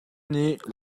nih